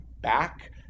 back